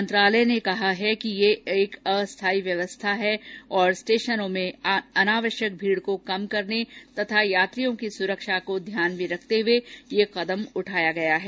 मंत्रालय ने कहा है कि यह एक अस्थाई व्यवस्था है और स्टेशनों में अनावश्यक भीड़ को कम करने तथा यात्रियों की सुरक्षा को ध्यान में रखते हए यह कदम उठाया गया है